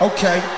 Okay